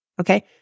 okay